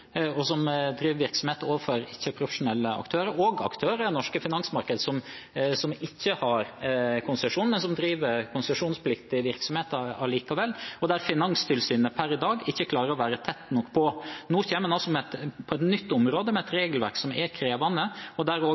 men som driver konsesjonspliktige virksomheter likevel, og der Finanstilsynet per i dag ikke klarer å være tett nok på. Nå kommer en altså på et nytt område med et regelverk som er krevende, og der også Forbrukerrådet er opptatt av at en skal ha klare regler for markedsføring. Jeg takker for svaret og